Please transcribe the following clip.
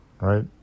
right